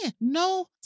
No